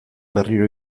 berriro